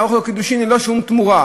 יערוך לו קידושין ללא שום תמורה,